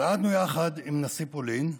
צעדנו, יחד עם נשיא פולין,